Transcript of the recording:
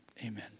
amen